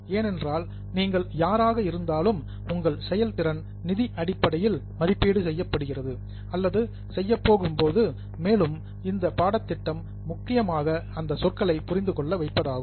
ஏனென்றால் நீங்கள் யாராக இருந்தாலும் உங்கள் செயல்திறன் நிதி அடிப்படையில் மதிப்பீடு செய்யப்போகிறது மேலும் இந்த பாடத்திட்டம் முக்கியமாக அந்த சொற்களை புரிந்து கொள்ள வைப்பதாகும்